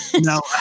No